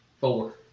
Four